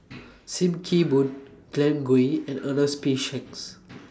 SIM Kee Boon Glen Goei and Ernest P Shanks